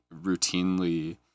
routinely